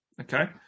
okay